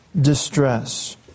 distress